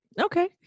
Okay